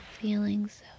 feelings